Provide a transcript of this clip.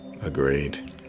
Agreed